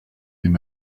him